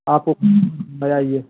आपको